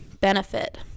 benefit